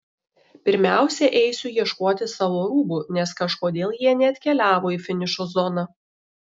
pirmiausia eisiu ieškoti savo rūbų nes kažkodėl jie neatkeliavo į finišo zoną